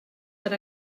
per